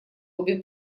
обе